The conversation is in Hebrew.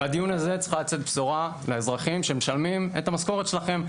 מהדיון הזה צריכה לצאת בשורה לאזרחים שמשלמים את המשכורת שלכם.